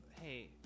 Hey